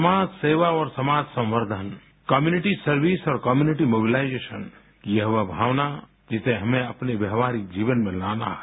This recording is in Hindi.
समाज सेवा और समाज संकर्धन कम्यूनिटी सर्विस और कम्यूनिटी मोबलाइजेशन यह वो भावना जिसे हमें अपने व्यवाहारिक जीवन में लाना है